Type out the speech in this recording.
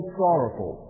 sorrowful